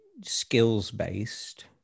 skills-based